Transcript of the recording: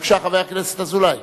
בבקשה, חבר הכנסת אזולאי.